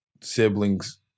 siblings